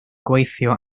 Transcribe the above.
gweithio